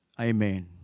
Amen